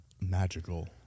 magical